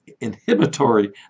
inhibitory